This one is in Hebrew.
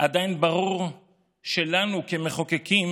עדיין ברור שלנו כמחוקקים